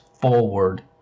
forward